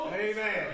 Amen